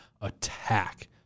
attack